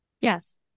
Yes